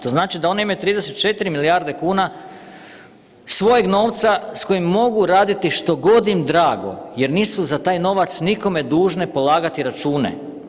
To znači da one imaju 34 milijarde kuna svojeg novca s kojim mogu raditi što god im drago jer nisu za taj novac nikome dužne polagati račune.